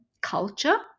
culture